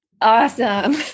Awesome